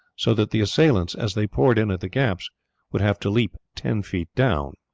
so that the assailants as they poured in at the gaps would have to leap ten feet down.